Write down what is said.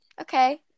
Okay